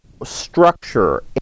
structure